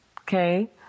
Okay